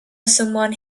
someone